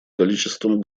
количеством